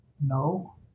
No